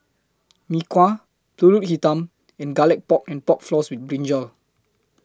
Mee Kuah Pulut Hitam and Garlic Pork and Pork Floss with Brinjal